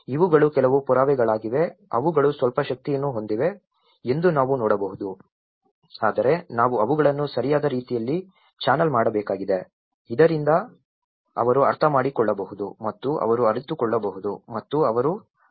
ಇವುಗಳು ಕೆಲವು ಪುರಾವೆಗಳಾಗಿವೆ ಅವುಗಳು ಸ್ವಲ್ಪ ಶಕ್ತಿಯನ್ನು ಹೊಂದಿವೆ ಎಂದು ನಾವು ನೋಡಬಹುದು ಆದರೆ ನಾವು ಅವುಗಳನ್ನು ಸರಿಯಾದ ರೀತಿಯಲ್ಲಿ ಚಾನಲ್ ಮಾಡಬೇಕಾಗಿದೆ ಇದರಿಂದ ಅವರು ಅರ್ಥಮಾಡಿಕೊಳ್ಳಬಹುದು ಮತ್ತು ಅವರು ಅರಿತುಕೊಳ್ಳಬಹುದು ಮತ್ತು ಅವರು ಅದರ ಕಡೆಗೆ ಕೆಲಸ ಮಾಡುತ್ತಾರೆ